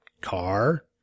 car